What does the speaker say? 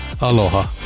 Aloha